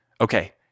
Okay